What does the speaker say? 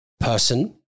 person